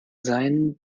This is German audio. sein